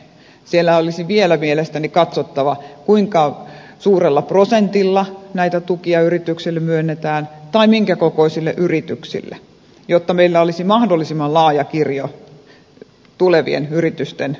siellä olisi vielä mielestäni katsottava kuinka suurella prosentilla näitä tukia yrityksille myönnetään tai minkä kokoisille yrityksille jotta meillä olisi mahdollisimman laaja kirjo tulevien yritysten auttamiseksi